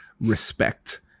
respect